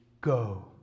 go